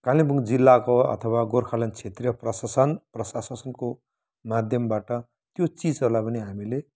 कालेबुङ जिल्लाको अथवा गोर्खाल्यान्ड क्षेत्रीय प्रशासन प्रशासनको माध्यमबाट त्यो चिजहरूलाई पनि हामीले